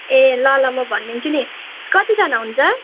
ए ल ल म भन्दिन्छु नि कतिजना हुन्छ